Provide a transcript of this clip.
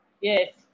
yes